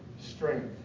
strength